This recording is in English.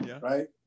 right